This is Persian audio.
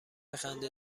خنده